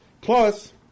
Plus